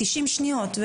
90 שניות.